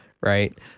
right